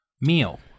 meal